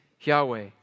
Yahweh